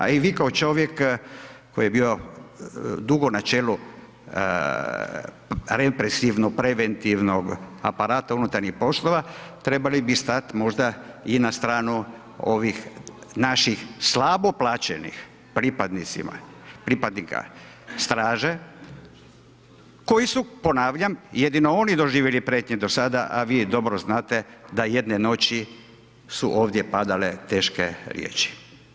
A i vi kao čovjek koji je bio dugo na čelu represivno represivnog aparata unutarnjih poslova, trebali bi stat možda i na stranu ovih naših slabo plaćenih pripadnika straže koji su ponavljam, jedino oni doživjeli prijetnje do sada a vi je dobro znate da jedne noći su ovdje padale teške riječi.